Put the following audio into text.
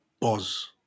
Pause